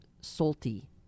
Salty